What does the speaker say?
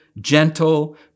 gentle